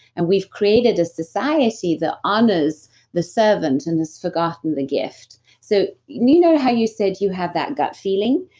and we've created a society that honors the servant and has forgotten the gift. so, you know how you said you have that gut feeling?